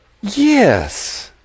Yes